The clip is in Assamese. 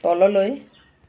তললৈ